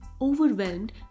overwhelmed